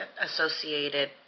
associated